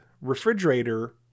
refrigerator